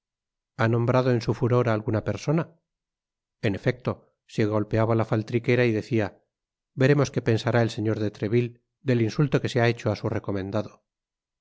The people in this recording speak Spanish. lía nombrado en su furor á alguna persona en efecto se golpeaba la faltriquera y decía veremos que pensará el señor de treville del insulto que se ha hecho á su recomendado